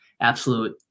absolute